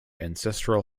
ancestral